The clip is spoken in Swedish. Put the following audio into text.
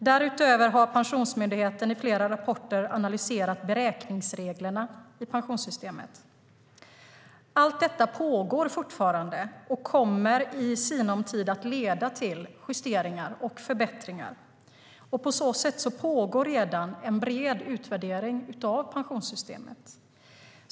Därutöver har Pensionsmyndigheten i flera rapporter analyserat beräkningsreglerna i pensionssystemet. Allt detta pågår fortfarande och kommer i sinom tid att leda till justeringar och förbättringar. På så sätt pågår redan en bred utvärdering av pensionssystemet.